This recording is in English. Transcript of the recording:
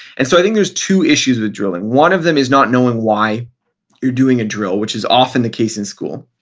and so i think there's two issues with drilling. one of them is not knowing why you're doing a drill, which is often the case in school.